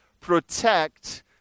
protect